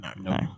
No